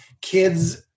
Kids